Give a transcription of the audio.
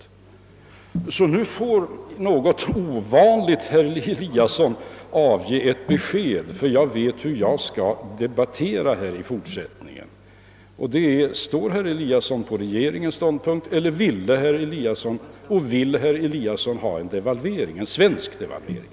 Jag måste alltså, ehuru det är något ovanligt, i min tur avkräva interpellanten ett besked, så att jag vet hur jag skall debattera i fortsättningen. Står herr Eliasson på regeringens ståndpunkt eller ville och vill herr Eliasson ha en svensk devalvering?